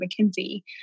McKinsey